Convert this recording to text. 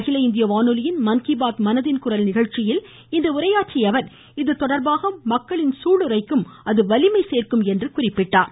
அகில இந்திய வானொலியில் மன் கி பாத் மனதின் குரல் நிகழ்ச்சியில் இன்று உரையாற்றிய அவர் இதுதொடர்பாக மக்களின் சூளுரைக்கும் அது வலிமை சேர்க்கும் என்றும் கூறியுள்ளார்